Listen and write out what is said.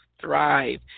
thrive